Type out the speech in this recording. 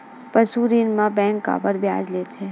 पशु ऋण म बैंक काबर ब्याज लेथे?